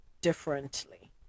differently